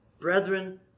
Brethren